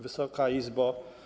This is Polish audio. Wysoka Izbo!